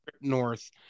North